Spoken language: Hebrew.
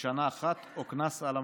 לשנה אחת או קנס על המפרסם.